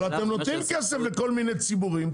אבל אתם נותנים כסף לכל מיני ציבורים,